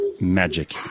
Magic